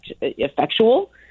effectual